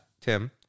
Tim